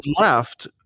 left